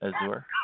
Azure